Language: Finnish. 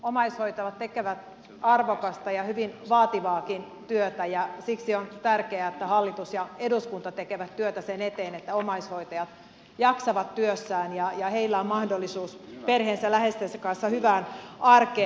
omaishoitajat tekevät arvokasta ja hyvin vaativaakin työtä ja siksi on tärkeää että hallitus ja eduskunta tekevät työtä sen eteen että omaishoitajat jaksavat työssään ja heillä on mahdollisuus perheensä läheistensä kanssa hyvään arkeen